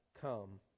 come